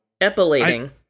epilating